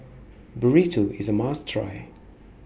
Burrito IS A must Try